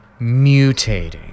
mutating